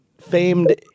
famed